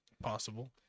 possible